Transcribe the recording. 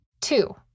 Two